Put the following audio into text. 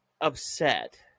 upset